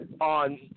on